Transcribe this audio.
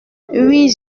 oui